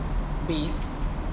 base